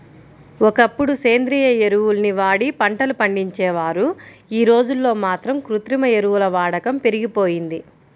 ఒకప్పుడు సేంద్రియ ఎరువుల్ని వాడి పంటలు పండించేవారు, యీ రోజుల్లో మాత్రం కృత్రిమ ఎరువుల వాడకం పెరిగిపోయింది